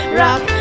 rock